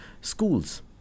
schools